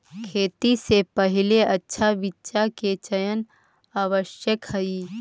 खेती से पहिले अच्छा बीचा के चयन आवश्यक हइ